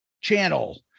channel